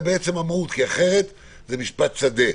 המהות, כי אחרת זה משפט שדה.